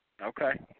Okay